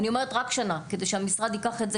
אני אומרת רק שנה, כדי שהמשרד ייקח את זה